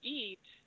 eat